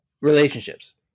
relationships